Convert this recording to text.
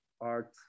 art